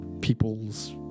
people's